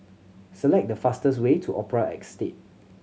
select the fastest way to Opera Estate